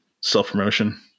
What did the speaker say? self-promotion